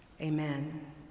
Amen